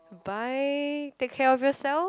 bye take care of yourself